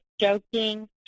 joking